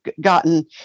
gotten